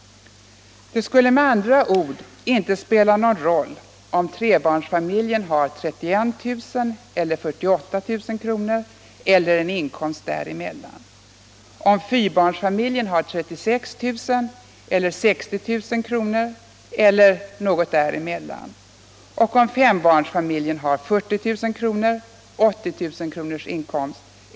Det skulle med andra ord inte spela någon roll om trebarnsfamiljen har 31 000 kr., 48 000 kr. eller en inkomst där emellan, om fyrbarnsfamiljen har 36 000 kr., 60 000 kr. eller någon inkomst där emellan och om fembarnsfamiljen har 40 000 kr., 80 000 kr.